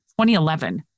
2011